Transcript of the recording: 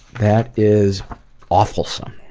that is awefulsome.